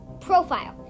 profile